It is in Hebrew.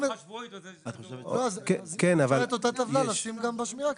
את אותה טבלה לשים גם בשמירה.